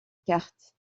carte